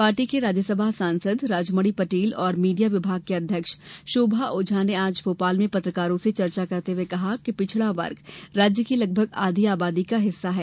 party के राज्यसभा सांसद राजमणि पटेल और मीडिया विभाग की अध्यक्ष शोभा ओझा ने आज भोपाल में पत्रकारों से चर्चा करते हये कहा कि पिछड़ा वर्ग राज्य की लगभग आधी आबादी का हिस्सा है